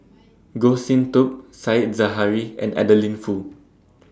Goh Sin Tub Said Zahari and Adeline Foo